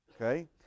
okay